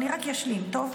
אני רק אשלים, טוב?